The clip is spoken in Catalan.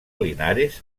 linares